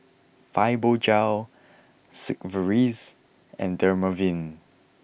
Fibogel Sigvaris and Dermaveen